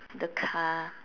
the car